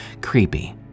creepy